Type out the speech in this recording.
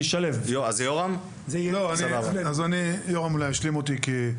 יורם בקיא בדברים הקטנים.